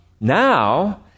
Now